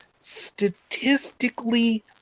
statistically